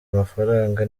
amafaranga